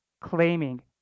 claiming